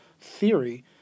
theory